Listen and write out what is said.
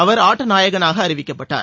அவர் ஆட்ட நாயகனாக அறிவிக்கப்பட்டார்